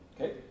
Okay